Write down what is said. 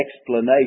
explanation